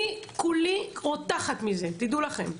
אני כולי רותחת מזה, תדעו לכם.